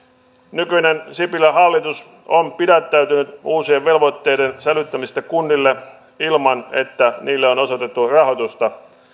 nykyinen sipilän hallitus on pidättäytynyt uusien velvoitteiden sälyttämisestä kunnille ilman että niille on osoitettu rahoitusta